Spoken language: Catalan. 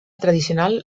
tradicional